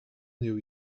new